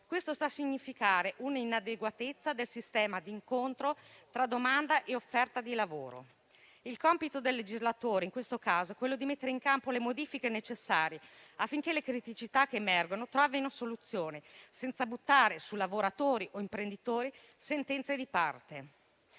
Questo sta a significare una inadeguatezza del sistema di incontro tra domanda e offerta di lavoro. Il compito del legislatore in questo caso è mettere in campo le modifiche necessarie, affinché le criticità emerse trovino soluzione, senza buttare su lavoratori o imprenditori sentenze di parte.